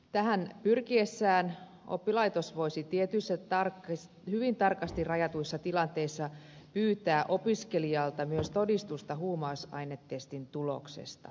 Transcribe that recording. tähän pyrkiessään oppilaitos voisi tietyissä hyvin tarkasti rajatuissa tilanteissa pyytää opiskelijalta myös todistusta huumausainetestin tuloksesta